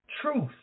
Truth